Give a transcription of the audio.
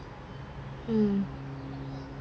mm